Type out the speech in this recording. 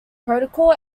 protocol